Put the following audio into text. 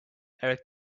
eric